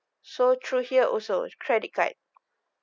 so through here also credit card